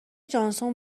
جانسون